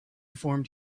formed